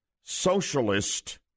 socialist